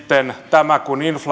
tämä